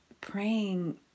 praying